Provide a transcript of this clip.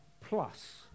plus